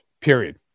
period